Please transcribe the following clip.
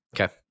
Okay